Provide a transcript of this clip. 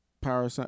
power